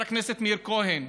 חבר הכנסת מאיר כהן,